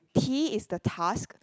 T is the task